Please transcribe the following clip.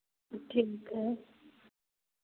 ठीक है